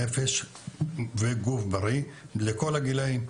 נפש וגוף בריא לכל הגילאים.